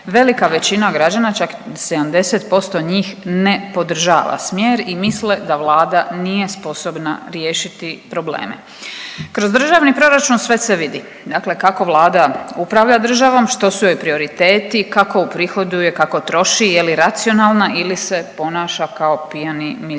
velika većina građana čak 70% njih ne podržava smjer i misle da Vlada nije sposobna riješiti probleme. Kroz državni proračun sve se vidi, dakle kako Vlada upravlja državom, što su joj prioriteti, kako uprihoduje, kako troši, je li racionalna ili se ponaša kao pijani milijarder.